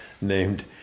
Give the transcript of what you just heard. named